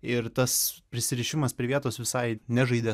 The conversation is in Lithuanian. ir tas prisirišimas prie vietos visai nežaidė